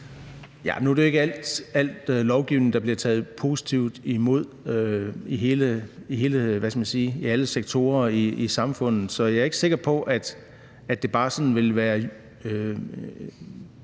Nu er det ikke al lovgivning, der bliver taget positivt imod i alle sektorer i samfundet, så jeg er ikke sikker på, at der bare sådan ville være